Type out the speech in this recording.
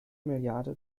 milliarde